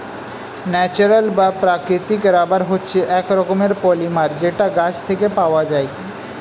natural বা প্রাকৃতিক rubber হচ্ছে এক রকমের পলিমার যেটা গাছ থেকে পাওয়া যায়